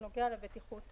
שנוגע לבטיחות